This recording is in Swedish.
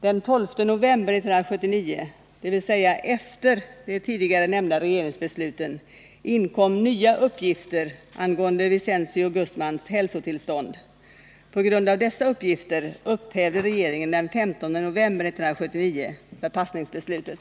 Den 12 november 1979 — dvs. efter de tidigare nämnda regeringsbesluten — inkom nya uppgifter angående Vicencio Guzmans hälsotillstånd. På grund av dessa uppgifter upphävde regeringen den 15 november 1979 förpassningsbeslutet.